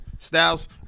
Styles